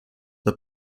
the